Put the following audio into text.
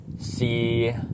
See